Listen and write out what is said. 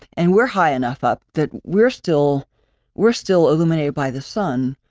and we're high enough up that we're still we're still illuminated by the sun,